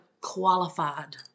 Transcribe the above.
qualified